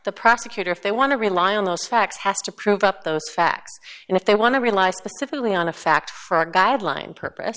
the prosecutor if they want to rely on those facts has to prove up those facts and if they want to realize specifically on a fact for a guideline purpose